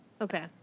Okay